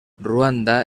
ruanda